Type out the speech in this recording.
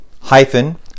hyphen